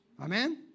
Amen